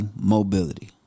mobility